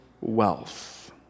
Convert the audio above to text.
wealth